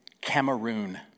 Cameroon